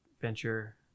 Venture